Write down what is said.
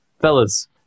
fellas